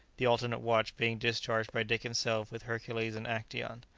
the alternate watch being discharged by dick himself with hercules and actaeon.